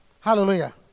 Hallelujah